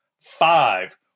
five